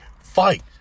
fight